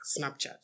Snapchat